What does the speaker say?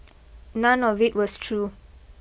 none of it was true